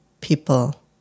people